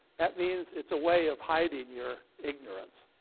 that means it's a way of hiding your ignorance,